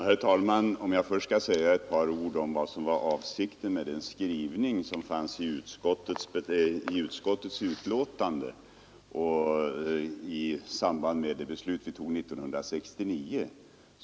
Herr talman! Jag vill först säga ett par ord om vad som var avsikten med den skrivning som finns i utskottets utlåtande i samband med det beslut vi fattade 1969.